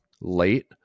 late